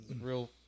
real